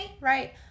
Right